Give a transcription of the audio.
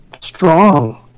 strong